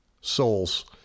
souls